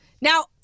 Now